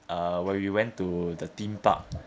uh where we went to the theme park